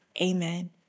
amen